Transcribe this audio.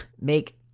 make